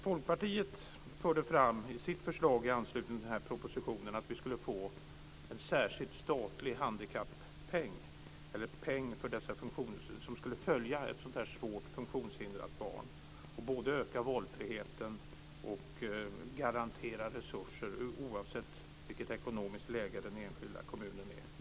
Folkpartiet förde i sitt förslag i anslutning till den här propositionen fram att vi skulle få en särskild statlig peng som skulle följa ett svårt funktionshindrat barn och både öka valfriheten och garantera resurser, oavsett vilket ekonomiskt läge den enskilda kommunen befinner sig i.